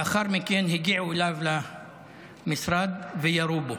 לאחר מכן הגיעו אליו למשרד וירו בו.